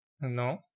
No